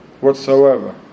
Whatsoever